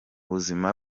buzima